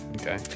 okay